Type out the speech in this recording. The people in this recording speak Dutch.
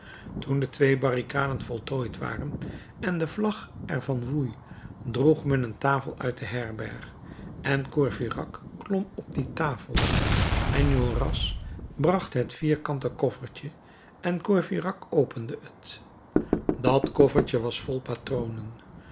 toen de twee barricaden voltooid waren en de vlag er van woei droeg men een tafel uit de herberg en courfeyrac klom op die tafel enjolras bracht het vierkante koffertje en courfeyrac opende het dat koffertje was vol patronen